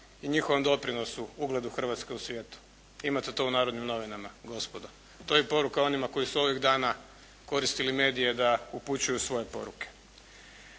i njihovom doprinosu ugledu Hrvatske u svijetu. Imate to u "Narodnim novinama" gospodo. To je poruka onima koji su ovih dana koristili medije da upućuju svoje poruke.